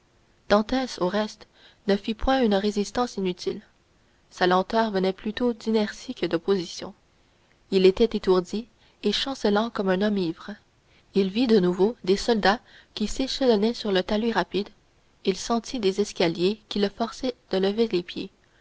au reste ne fit point une résistance inutile sa lenteur venait plutôt d'inertie que d'opposition il était étourdi et chancelant comme un homme ivre il vit de nouveau des soldats qui s'échelonnaient sur le talus rapide il sentit des escaliers qui le forçaient de lever les pieds